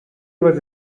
was